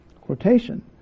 quotation